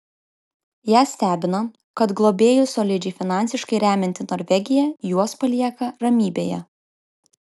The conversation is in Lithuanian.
ją stebina kad globėjus solidžiai finansiškai remianti norvegija juos palieka ramybėje